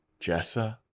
Jessa